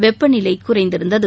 வெப்பநிலை குறைந்திருந்தது